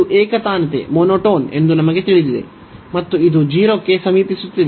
ಇದು ಏಕತಾನತೆ ಎಂದು ನಮಗೆ ತಿಳಿದಿದೆ ಮತ್ತು ಇದು 0 ಕ್ಕೆ ಸಮೀಪಿಸುತ್ತಿದೆ